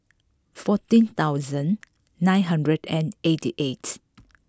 fourteen thousand nine hundred and eighty eight